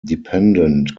dependent